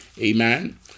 Amen